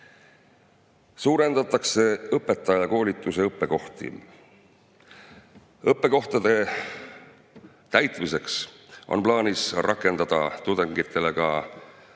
Suurendatakse õpetajakoolituse õppekohtade arvu. Õppekohtade täitmiseks on plaanis rakendada tudengitele ka